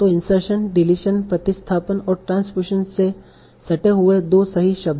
तो insertion deletion प्रतिस्थापन और ट्रांसपोज़ेशन से सटे हुए 2 सही शब्द